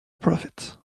profit